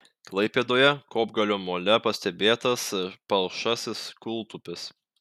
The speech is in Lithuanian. klaipėdoje kopgalio mole pastebėtas palšasis kūltupis